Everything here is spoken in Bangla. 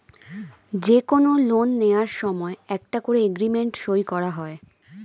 যে কোনো লোন নেয়ার সময় একটা করে এগ্রিমেন্ট সই করা হয়